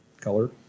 color